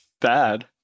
Bad